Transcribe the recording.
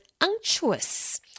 unctuous